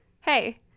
hey